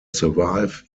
survive